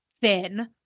thin